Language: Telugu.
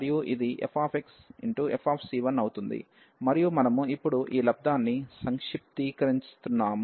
మరియు మనము ఇప్పుడు ఈ లబ్దాన్ని సంక్షిప్తీకరిస్తున్నాము